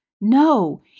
No